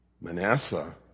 Manasseh